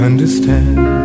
Understand